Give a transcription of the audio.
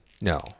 No